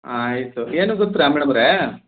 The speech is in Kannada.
ಆಂ ಆಯಿತು ಏನು ಗೊತ್ತಾ ಮೇಡಮ್ ಅವರೇ